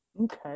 Okay